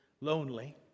lonely